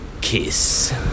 Kiss